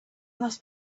must